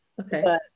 Okay